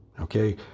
okay